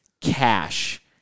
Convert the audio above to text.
cash